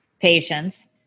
patients